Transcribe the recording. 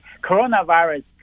coronavirus